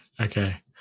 Okay